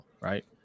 right